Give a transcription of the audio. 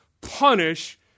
punish